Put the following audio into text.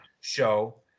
show